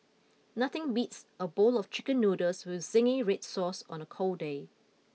nothing beats a bowl of chicken noodles with zingy red sauce on a cold day